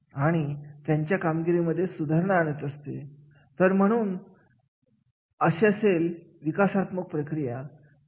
उदाहरणार्थ मुख्य कार्यकारी अधिकारी जर 42 24 गुण मिळत असतील तर तिथे असणारे एकदम कनिष्ठ व्यवस्थापकीय प्रशिक्षणार्थी एकशे पंधरा गुण मिळवत होते